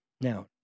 Now